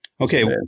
Okay